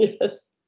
Yes